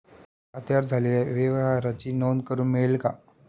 खात्यावर झालेल्या व्यवहाराची नोंद करून मिळेल का?